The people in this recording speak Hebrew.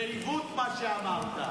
זה עיוות, מה שאמרת.